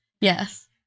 Yes